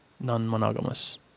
non-monogamous